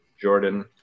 Jordan